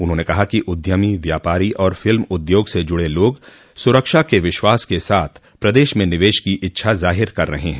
उन्होंने कहा कि उद्यमी व्यापारी और फिल्म उद्योग से जुड़े लोग सुरक्षा के विश्वास के साथ प्रदेश में निवेश की इच्छा जाहिर कर रहे हैं